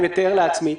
אני מתאר לעצמי,